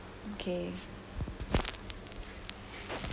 okay